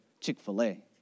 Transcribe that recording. Chick-fil-A